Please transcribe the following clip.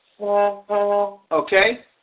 Okay